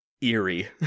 eerie